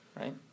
Right